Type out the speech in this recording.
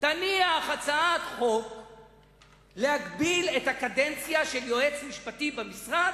תניח הצעת חוק להגבלת הקדנציה של יועץ משפטי במשרד,